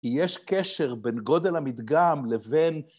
‫יש קשר בין גודל המדגם לבין...